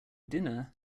dinner